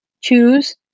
Choose